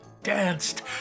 danced